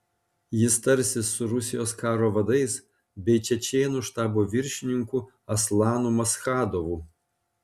jis tarsis su rusijos karo vadais bei čečėnų štabo viršininku aslanu maschadovu